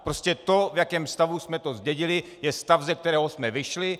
Prostě to, v jakém stavu jsme to zdědili, je stav, ze kterého jsme vyšli.